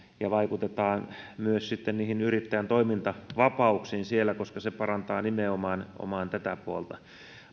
ja myös niihin yrittäjän toimintavapauksiin siellä koska se parantaa nimenomaan tätä puolta